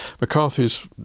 McCarthy's